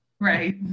Right